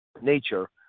nature